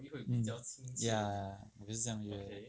mm ya